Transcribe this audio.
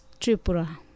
Tripura